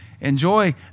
Enjoy